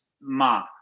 Ma